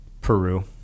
Peru